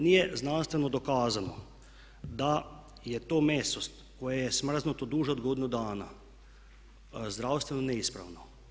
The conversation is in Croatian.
Nije znanstveno dokazano da je to meso koje je smrznuto duže od godinu dana zdravstveno neispravno.